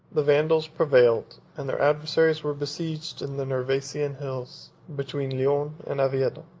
the vandals prevailed and their adversaries were besieged in the nervasian hills, between leon and oviedo,